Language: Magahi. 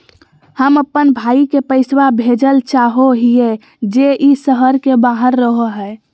हम अप्पन भाई के पैसवा भेजल चाहो हिअइ जे ई शहर के बाहर रहो है